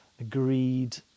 agreed